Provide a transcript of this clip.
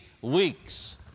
weeks